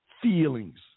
feelings